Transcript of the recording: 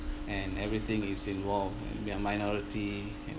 and everything is involved and we are minority